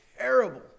terrible